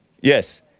Yes